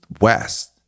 west